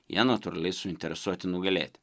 jie natūraliai suinteresuoti nugalėti